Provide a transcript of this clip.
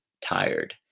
tired